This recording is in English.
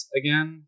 again